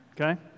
Okay